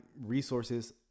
resources